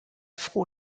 froh